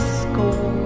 school